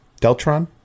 Deltron